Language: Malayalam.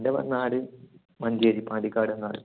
എൻ്റെ മ് നാട് മഞ്ചേരി പാലിക്കാട് നാട്